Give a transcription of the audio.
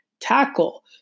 tackle